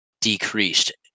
decreased